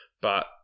but-